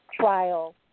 trial